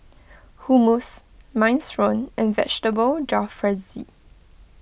Hummus Minestrone and Vegetable Jalfrezi